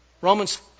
Romans